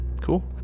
cool